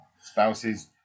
Spouses